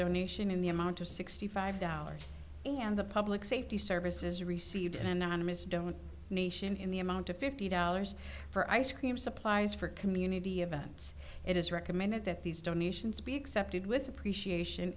donation in the amount of sixty five dollars and the public safety services received an anonymous donor nation in the amount of fifty dollars for ice cream supplies for community events it is recommended that these donations be accepted with appreciation